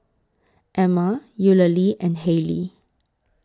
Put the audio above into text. Ama Eulalie and Hailee